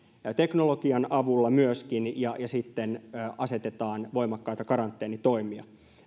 myöskin teknologian avulla ja sitten asetetaan voimakkaita karanteenitoimia